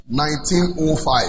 1905